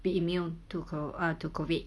be immune to co~ ah to COVID